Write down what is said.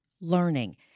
learning